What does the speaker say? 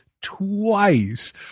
twice